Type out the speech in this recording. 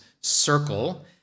circle